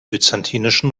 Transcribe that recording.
byzantinischen